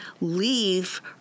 leave